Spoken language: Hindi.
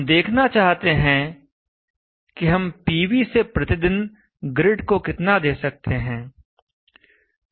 हम देखना चाहते हैं कि हम पीवी से प्रतिदिन ग्रिड को कितना दे सकते हैं